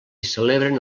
celebren